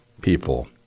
people